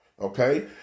Okay